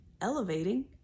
elevating